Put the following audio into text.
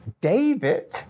David